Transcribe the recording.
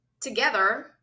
together